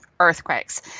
Earthquakes